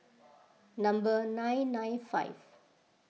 number nine nine five